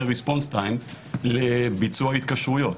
Response Time לביצוע התקשרויות.